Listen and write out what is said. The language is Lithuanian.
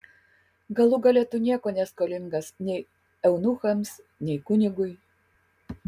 galų gale tu nieko neskolingas nei eunuchams nei kunigui